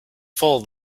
full